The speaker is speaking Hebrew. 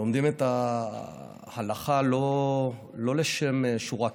לומדים את ההלכה לא לשם השורה התחתונה,